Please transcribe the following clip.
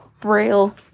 Braille